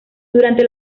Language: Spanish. durante